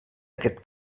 aquest